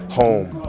home